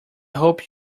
hope